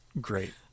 great